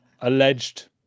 alleged